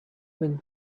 been